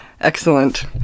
Excellent